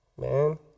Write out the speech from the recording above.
man